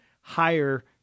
higher